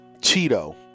Cheeto